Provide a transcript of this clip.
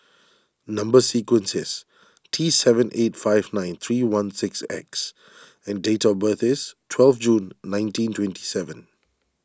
Number Sequence is T seven eight five nine three one six X and date of birth is twelve June nineteen twenty seven